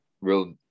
real